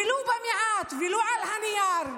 ולו במעט ולו על הנייר,